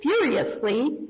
furiously